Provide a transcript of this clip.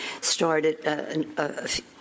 started